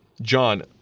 John